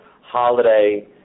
holiday